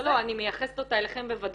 לא, לא, אני מייחסת אותה אליכם בוודאות.